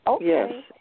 Yes